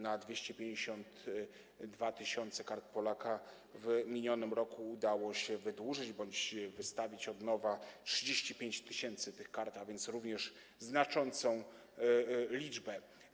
Na 252 tys. Kart Polaka w minionym roku udało się wydłużyć bądź wystawić od nowa 35 tys. tych kart, a więc również znaczącą liczbę.